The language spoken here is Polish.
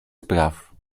spraw